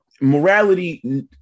morality